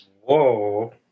Whoa